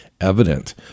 evident